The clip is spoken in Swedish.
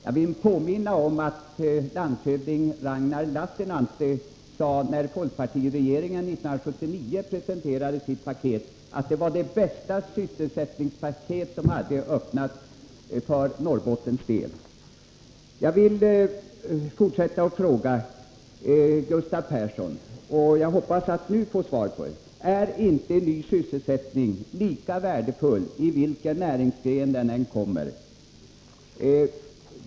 Jag vill påminna om att landshövding Ragnar Lassinantti, när folkpartiregeringen 1979 presenterade sitt sysselsättningspaket, sade att det var det bästa sysselsättningspaket som hade öppnats för Norrbottens del. Jag vill forsätta att fråga Gustav Persson — jag hoppas att nu få svar på den frågan: Är inte ny sysselsättning lika värdefull i vilken näringsgren den än skapas?